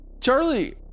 charlie